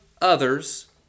others